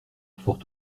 fort